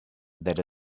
that